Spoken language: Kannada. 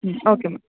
ಹ್ಞೂ ಓಕೆ ಮ್ಯಾಮ್